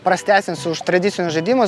prastesnis už tradicinius žaidimus